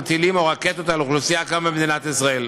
טילים או רקטות על אוכלוסייה כאן במדינת ישראל.